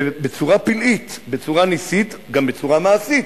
בצורה פלאית, בצורה נסית, גם בצורה מעשית,